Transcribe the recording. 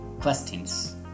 questions